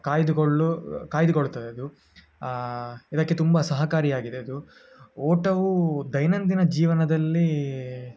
ಕಾಯ್ದುಕೊಳ್ಳು ಕಾಯ್ದುಕೊಳ್ತದೆ ಅದು ಇದಕ್ಕೆ ತುಂಬ ಸಹಕಾರಿಯಾಗಿದೆ ಅದು ಓಟವು ದೈನಂದಿನ ಜೀವನದಲ್ಲಿ